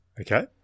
Okay